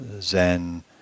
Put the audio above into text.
Zen